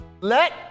Let